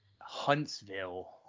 Huntsville